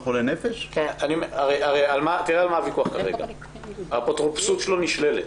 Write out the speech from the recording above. תראה על מה הוויכוח כרגע, האפוטרופסות שלו נשללת.